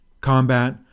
combat